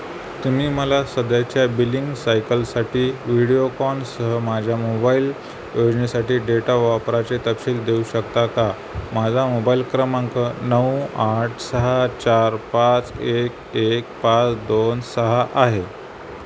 तुम्ही मला सध्याच्या बिलिंग सायकलसाठी व्हिडिओकॉनसह माझ्या मोबाईल योजनेसाठी डेटा वापराचे तपशील देऊ शकता का माझा मोबाईल क्रमांक नऊ आठ सहा चार पाच एक एक पाच दोन सहा आहे